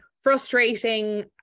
frustrating